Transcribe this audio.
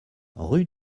rue